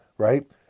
Right